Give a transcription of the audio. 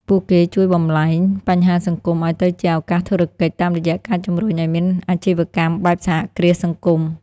ពួកគេជួយបំប្លែង "បញ្ហាសង្គម" ឱ្យទៅជា "ឱកាសធុរកិច្ច" តាមរយៈការជម្រុញឱ្យមានអាជីវកម្មបែបសហគ្រាសសង្គម។